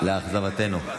לאכזבתנו.